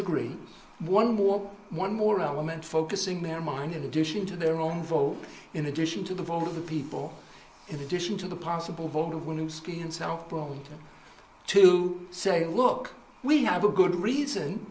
degree one more one more element focusing their mind in addition to their own vote in addition to the vote of the people in addition to the possible vote of want to ski in south burlington to say look we have a good reason